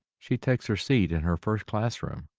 she takes her seat in her first classroom.